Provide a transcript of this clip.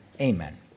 Amen